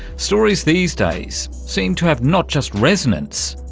stories these days seem to have not just resonance,